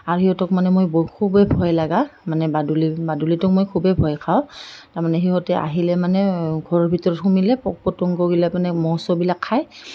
আৰু সিহঁতক মানে মই বৰ খুবেই ভয় লগা মানে বাদুলি বাদুলিটোক মই খুবেই ভয় খাওঁ তাৰমানে সিহঁতে আহিলে মানে ঘৰৰ ভিতৰত সোমালে পোক পতংগগিলে মানে মহ ছহবিলাক খায়